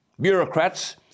Bureaucrats